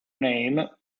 name